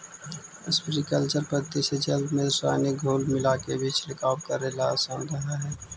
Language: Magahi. स्प्रिंकलर पद्धति से जल में रसायनिक घोल मिलाके भी छिड़काव करेला आसान रहऽ हइ